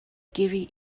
gyrru